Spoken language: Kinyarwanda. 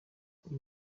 iyo